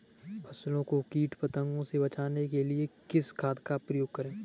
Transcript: फसलों को कीट पतंगों से बचाने के लिए किस खाद का प्रयोग करें?